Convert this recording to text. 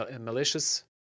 malicious